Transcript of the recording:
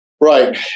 Right